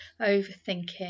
overthinking